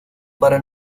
para